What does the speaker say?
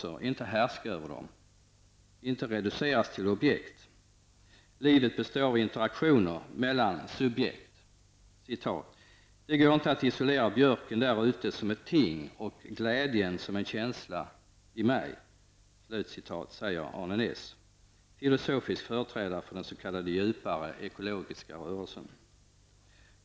Det handlar inte om att härska över andra och inte heller om att reduceras till objekt. Livet består av interaktioner mellan subjekt: ''Det går inte att isolera björken där ute som ett ting och glädjen som en känsla i mig'', säger Arne Naess, som är en filosofisk företrädare för den s.k. djupare ekologiska rörelsen.